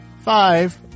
five